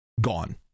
gone